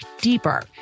deeper